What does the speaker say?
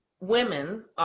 women